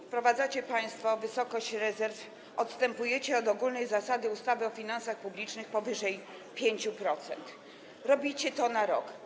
Wprowadzacie państwo wysokość rezerw, odstępujecie od ogólnej zasady ustawy o finansach publicznych, powyżej 5%, robicie to na rok.